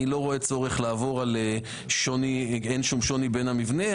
אני לא רואה צורך לעבור, אין שום שוני בין המבנה.